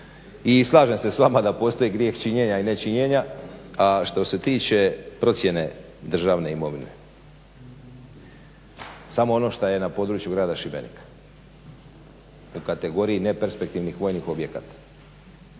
i slažem se s vama da postoji grijeh činjenja i nečinjenja. A što se tiče procjene državne imovine, samo ono što je na području grada Šibenika u kategoriji neperspektivnih vojnih objekata,